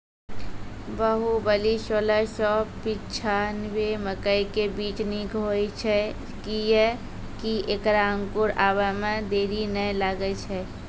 बाहुबली सोलह सौ पिच्छान्यबे मकई के बीज निक होई छै किये की ऐकरा अंकुर आबै मे देरी नैय लागै छै?